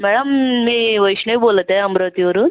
madam मी वैष्णवी बोलत आहे अमरावतीवरून